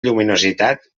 lluminositat